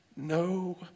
No